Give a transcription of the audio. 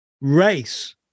race